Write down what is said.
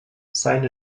seine